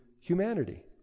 humanity